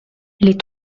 les